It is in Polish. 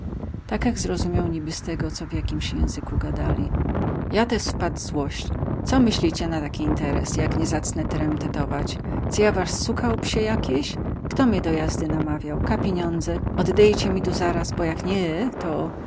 przysły tak ech zrozumiał niby z tego co w jakimsi języku gadali ja tez wpadł w złoś co myślicie na taki interes jak nie zacnę teremtetować cy ja was sukał psie jakieś kto mie do jazdy namawiał ka piniądze oddejcie mi tu zaraz bo jak nie to